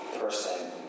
person